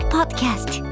Podcast